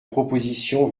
propositions